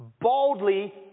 Boldly